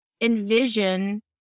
envision